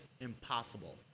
impossible